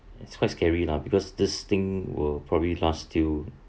it's quite scary lah because this thing will probably last still